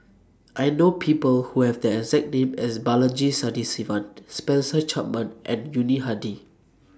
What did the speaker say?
I know People Who Have The exact name as Balaji Sadasivan Spencer Chapman and Yuni Hadi